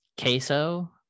Queso